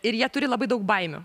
ir jie turi labai daug baimių